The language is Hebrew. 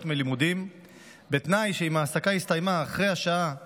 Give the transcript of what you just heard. מלימודים בתנאי שאם ההעסקה הסתיימה אחרי השעה 23:00,